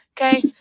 okay